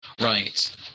Right